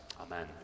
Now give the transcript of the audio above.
Amen